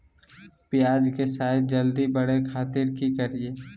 प्याज के साइज जल्दी बड़े खातिर की करियय?